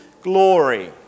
glory